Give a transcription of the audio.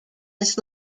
this